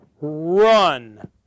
run